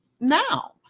now